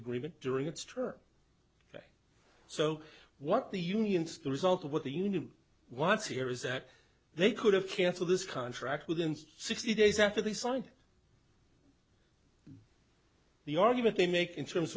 agreement during its term so what the unions the result of what the union wants here is that they could have cancelled this contract within sixty days after they signed the argument they make in terms